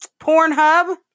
Pornhub